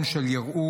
יום של הרהור,